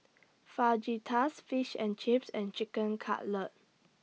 Fajitas Fish and Chips and Chicken Cutlet